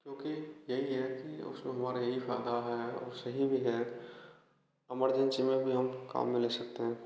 क्योंकि यही कि उसमें हमारा यही फायदा है और सही भी है इमरजेंसी में भी काम ले सकते हैं